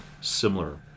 similar